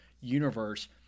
universe